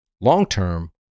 long-term